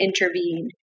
intervene